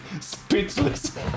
speechless